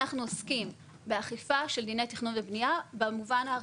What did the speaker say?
אנחנו עוסקים באכיפה של דיני תכנון ובנייה במובן הארצי.